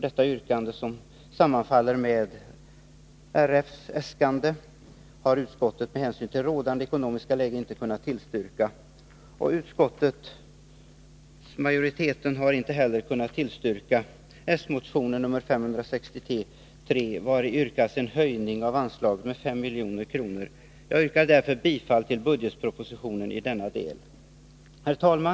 Detta yrkande som sammanfaller med RF:s äskande har utskottet med hänsyn till rådande ekonomiska läge inte kunnat tillstyrka. Utskottsmajoriteten har inte heller kunnat tillstyrka s-motionen 563, vari yrkas en höjning av anslaget med 5 milj.kr. Jag yrkar därför bifall till propositionens förslag i denna del. Herr talman!